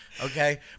okay